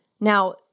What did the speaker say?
Now